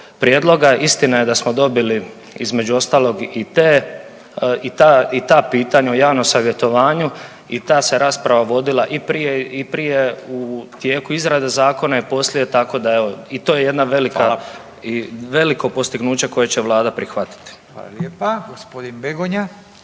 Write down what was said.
prijedloga istina je da smo dobili između ostalog i te, i ta, i ta pitanja o javnom savjetovanju i ta se rasprava vodila i prije i prije u tijeku izrade zakona i poslije, tako da evo i to je jedna velika, veliko postignuće koje će vlada prihvatiti.